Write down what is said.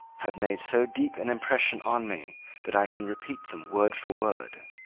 have made so deep an impression on me that i can repeat them word for word.